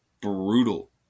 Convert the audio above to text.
brutal